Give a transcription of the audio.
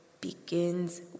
begins